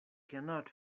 cannot